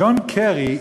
ג'ון קרי,